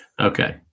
Okay